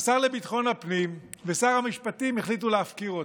השר לביטחון הפנים ושר המשפטים החליטו להפקיר אותה.